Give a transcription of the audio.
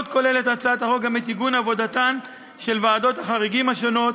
עוד כוללת הצעת החוק גם את עיגון עבודתן של ועדות החריגים השונות,